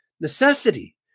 Necessity